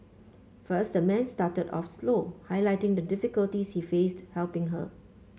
first the man started off slow highlighting the difficulties he faced helping her